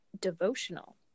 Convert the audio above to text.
devotional